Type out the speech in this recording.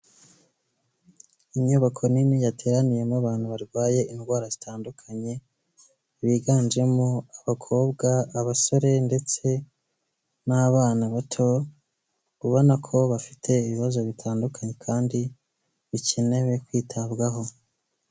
Inyubako nini yateraniyemo abantu barwaye indwara zitandukanye, biganjemo abakobwa, abasore ndetse n'abana bato, ubona ko bafite ibibazo bitandukanye kandi bikenewe kwitabwaho.